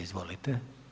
Izvolite.